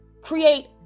create